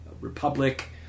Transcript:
Republic